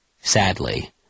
sadly